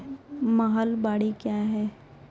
महलबाडी क्या हैं?